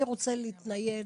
"אני רוצה להתנייד,